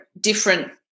different